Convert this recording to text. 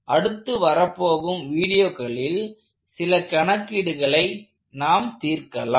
அடுத்து வரப்போகும் வீடியோக்களில் சில கணக்கீடுகளை நாம் தீர்க்கலாம்